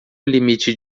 limite